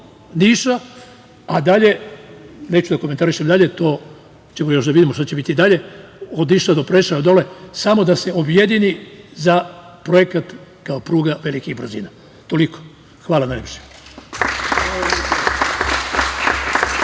Niša, pa dalje neću da komentarišem, to ćemo da vidimo šta će biti dalje, od Niša do Preševa, samo da se objedini za projekat kao pruga velikih brzina. Toliko i hvala najlepše.